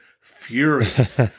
furious